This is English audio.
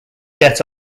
get